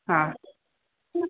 हा